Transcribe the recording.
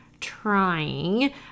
trying